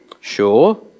Sure